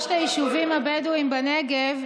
צריך להגיד ששלושת היישובים הבדואיים בנגב,